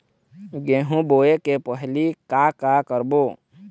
गेहूं बोए के पहेली का का करबो?